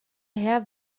have